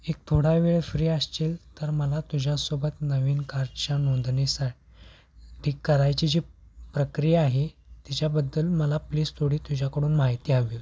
एक थोडा वेळ फ्री असशील तर मला तुझ्यासोबत नवीन कारच्या नोंदणीसा क करायची जी प्रक्रिया आहे त्याच्याबद्दल मला प्लीज थोडी तुझ्याकडून माहिती हवी होती